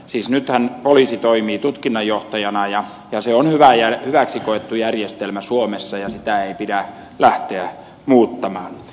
siis nythän poliisi toimii tutkinnanjohtajana ja se on hyväksi koettu järjestelmä suomessa ja sitä ei pidä lähteä muuttamaan